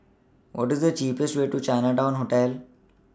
What IS The cheapest Way to Chinatown Hotel